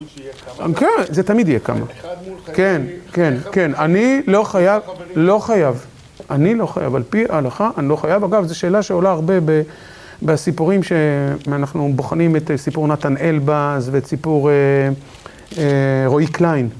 כן, זה תמיד יהיה כמה, כן, כן, כן, אני לא חייב, לא חייב, אני לא חייב, על פי ההלכה, אני לא חייב, אגב, זו שאלה שעולה הרבה בסיפורים שאנחנו בוחנים את סיפור נתן אלבז ואת סיפור רועי קליין.